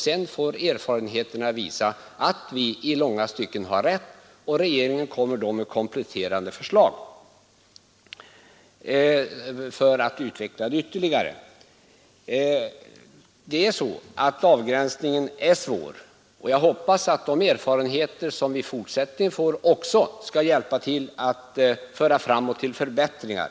Sedan får erfarenheten visa att vi i långa stycken har rätt, och då får regeringen komma med kompletterande förslag för att utveckla det hela ytterligare. Avgräns ningen är svår, och jag hoppas att de erfarenheter vi får i fortsättningen skall hjälpa oss att vidta förbättringar.